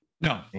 No